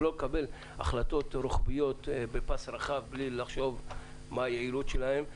ולא לקבל החלטות רוחביות בפס רחב בלי לחשוב מה היעילות שלהם.